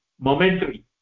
momentary